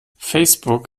facebook